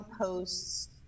posts